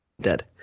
dead